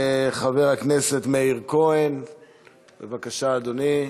חבר הכנסת מאיר כהן, בבקשה, אדוני.